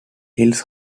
hills